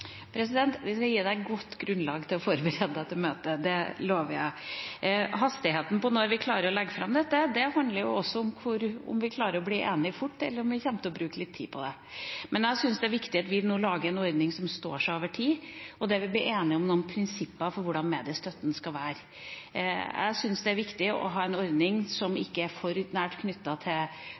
Vi skal gi representanten et godt grunnlag for å forberede seg til møtet, det lover jeg. Hastigheten med hensyn til når vi klarer å legge fram dette, handler også om hvorvidt vi klarer å bli enige fort, eller om vi kommer til å bruke litt tid på det. Jeg syns det er viktig at vi nå lager en ordning som står seg over tid, og der vi blir enige om noen prinsipper for hvordan mediestøtten skal være. Jeg syns det er viktig å ha en ordning som ikke er for nært knyttet til